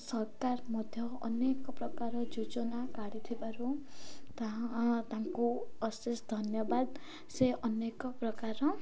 ସରକାର ମଧ୍ୟ ଅନେକ ପ୍ରକାର ଯୋଜନା କାଢ଼ିଥିବାରୁ ତାହା ତାଙ୍କୁ ଅଶେଷ ଧନ୍ୟବାଦ ସେ ଅନେକ ପ୍ରକାର